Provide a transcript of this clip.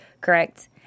correct